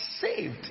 saved